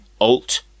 Alt